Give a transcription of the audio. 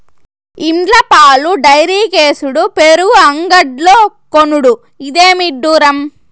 ఇండ్ల పాలు డైరీకేసుడు పెరుగు అంగడ్లో కొనుడు, ఇదేమి ఇడ్డూరం